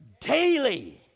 daily